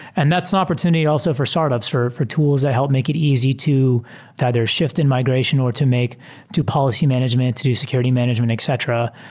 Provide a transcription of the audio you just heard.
and that's an opportunity also for startups for for tools that help make it easy to tie their shift in migration, or to make do policy management, to do security management, etc.